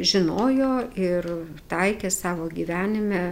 žinojo ir taikė savo gyvenime